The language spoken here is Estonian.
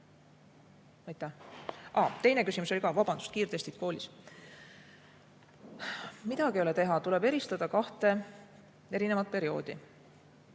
teine küsimus oli ka. Vabandust! Kiirtestid koolis. Midagi ei ole teha, tuleb eristada kahte erinevat perioodi.